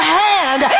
hand